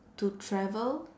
to travel